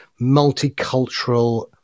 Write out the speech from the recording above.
multicultural